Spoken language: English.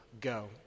go